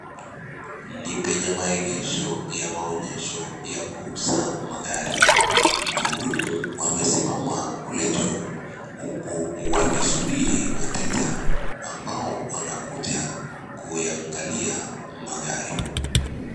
Ni penye maegesho ya maonyesho ya kuuza magari. Wahudumu wamesimama kule juu huku wakisubiri wateja ambao wanakuja kuyaangalia magari.